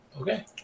Okay